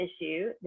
issue